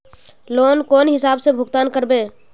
Loan कौन हिसाब से भुगतान करबे?